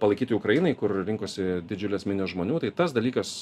palaikyti ukrainai kur rinkosi didžiulės minios žmonių tai tas dalykas